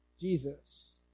Jesus